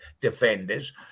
Defenders